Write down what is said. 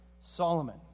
Solomon